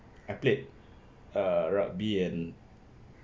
I played err rugby and